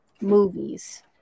movies